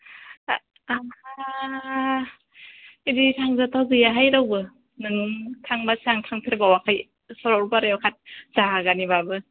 आंहा बिदि थांजाथाव गैयाहाय रावबो नों थांबासो आं थांफेरबावाखै सरलपारायाव खाथि जायगानिबाबो